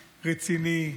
רציני,